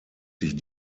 sich